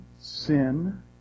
sin